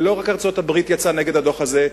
ולא רק ארצות-הברית יצאה נגד הדוח הזה,